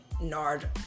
Nard